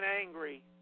angry